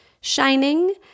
shining